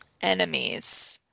enemies